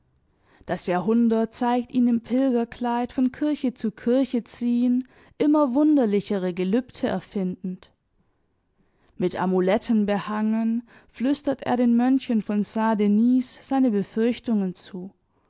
das jahrhundert zeigt ihn im pilgerkleid von kirche zu kirche ziehen immer wunderlichere gelübde erfindend mit amuletten behangen flüstert er den mönchen von saint denis seine befürchtungen zu